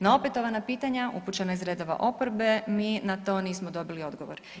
Na opetovana pitanja upućena iz redova oporbe, mi na to nismo dobili odgovor.